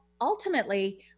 Ultimately